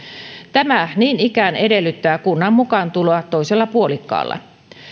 tämä niin ikään edellyttää kunnan mukaantuloa toisella puolikkaalla